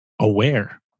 aware